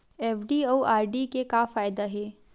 FD अउ RD के का फायदा हे?